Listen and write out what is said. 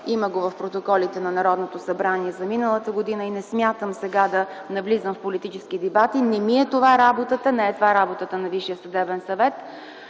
има го в протоколите на Народното събрание за миналата година и не смятам сега да навлизам в политически дебати - не ми е това работата, не е това работата на Висшия съдебен съвет.